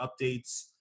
updates